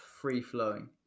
free-flowing